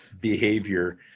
behavior